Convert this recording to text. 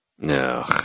No